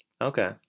Okay